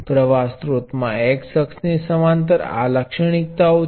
પ્ર્વાહ સ્રોતમાં x અક્ષ ને સમાંતર આ લાક્ષણિકતાઓ છે